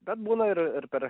bet būna ir ir per